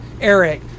eric